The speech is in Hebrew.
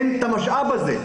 אין את המשאב הזה.